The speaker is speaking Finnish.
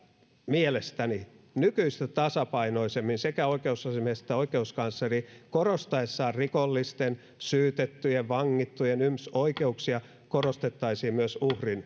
mielestäni nykyistä tasapainoisemmin sekä oikeusasiamies että oikeuskansleri korostaessaan rikollisten syytettyjen vangittujen ynnä muuta sellaista oikeuksia korostaisivat myös uhrin